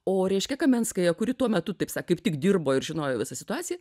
o reiškia kamenskaja kuri tuo metu taip sa kaip tik dirbo ir žinojo visą situaciją